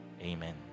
Amen